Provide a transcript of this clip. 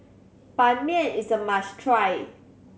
Ban Mian is a must try